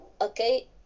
Okay